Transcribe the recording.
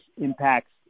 impacts